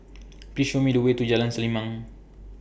Please Show Me The Way to Jalan Selimang